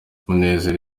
munezero